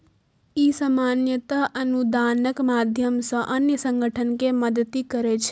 ई सामान्यतः अनुदानक माध्यम सं अन्य संगठन कें मदति करै छै